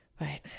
Right